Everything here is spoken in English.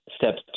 steps